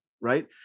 right